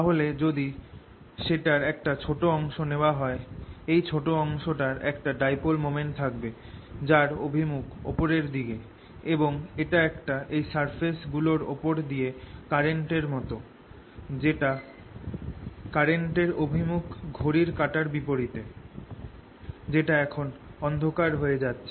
তাহলে যদি সেটার একটা ছোট অংশ নেওয়া হয় এই ছোট অংশ টার একটা ডাইপোল মোমেন্ট থাকবে যার অভিমুখ ওপরের দিকে এবং এটা একটা এই সারফেস গুলোর ওপর দিয়ে কারেন্ট এর মত যেখানে কারেন্টটার অভিমুখ ঘড়ির কাটার বিপরিতে যেটা এখন অন্ধকার হয়ে যাচ্ছে